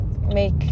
make